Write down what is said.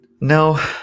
No